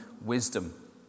wisdom